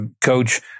coach